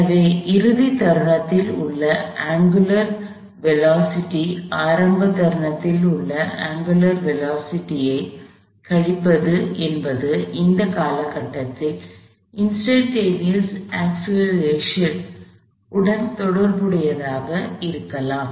எனவே இறுதித் தருணத்தில் உள்ள அங்குலர் திசைவேகத்திலிருந்து ஆரம்பத் தருணத்தில் உள்ள அங்குலர் திசைவேகத்தைக் கழிப்பது என்பது அதே காலக்கட்டத்தில் இன்ஸ்டன்ட்டேனியஸ் அக்ஸ்லெரேஷன் உடன் தொடர்புடையதாக இருக்கலாம்